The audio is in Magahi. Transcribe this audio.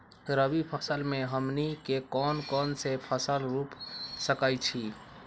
रबी फसल में हमनी के कौन कौन से फसल रूप सकैछि?